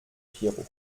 pierrot